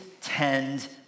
tend